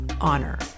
*Honor*